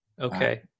Okay